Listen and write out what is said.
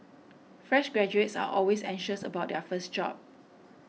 fresh graduates are always anxious about their first job